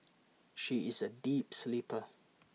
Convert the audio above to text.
she is A deep sleeper